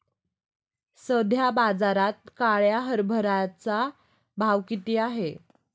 सध्या बाजारात काळ्या हरभऱ्याचा भाव किती आहे?